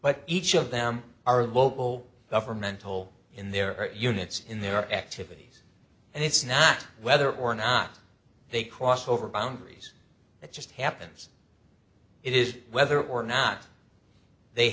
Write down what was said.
but each of them are local governmental in their units in their activities and it's not whether or not they cross over boundaries it just happens it is whether or not they